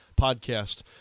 podcast